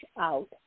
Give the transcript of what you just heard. out